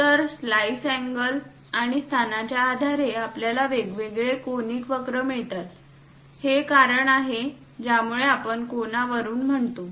तर slice angle आणि स्थानाच्या आधारे आपल्याला वेगवेगळे कोनिक वक्र मिळतात हे कारण आहे ज्यामुळे आपण कोनवरून म्हणतो